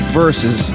verses